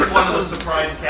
the surprise